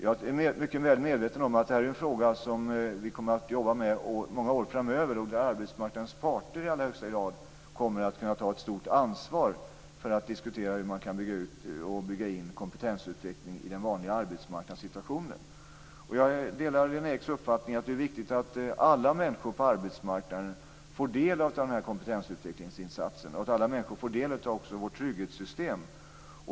Jag är väl medveten om att det här är en fråga som vi kommer att jobba med under många år framöver, där arbetsmarknadens parter i allra högsta grad kommer att kunna ta ett stort ansvar för att diskutera hur man kan bygga in kompetensutveckling i den vanliga arbetsmarknadssituationen. Jag delar Lena Eks uppfattning att det är viktigt att alla människor på arbetsmarknaden får del av satsningen på kompetensutveckling och att alla människor får del av vårt trygghetssystem.